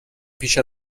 پیش